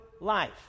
life